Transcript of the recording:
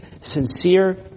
sincere